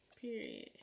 Period